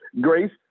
Grace